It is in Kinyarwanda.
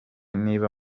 niba